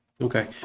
Okay